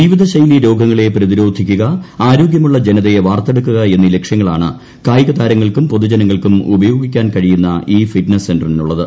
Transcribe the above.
ജീവിതശൈലീ രോഗങ്ങളെ പ്രതിരോധിക്കുക ആരോഗ്യമുള്ള ജനതയെ വാർത്തെടുക്കുക എന്നീ ലക്ഷ്യങ്ങളാണ് കായികതാരങ്ങൾക്കും പൊതുജനങ്ങൾക്കും ഉപയോഗിക്കാൻ കഴിയുന്ന ഈ ഫിറ്റ്നസ് സെന്ററിനുള്ളത്